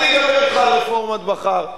אני אדבר אתך על רפורמת בכר.